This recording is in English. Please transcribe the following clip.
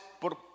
por